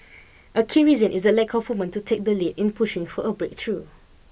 a key reason is the lack of woman to take the lead in pushing for a breakthrough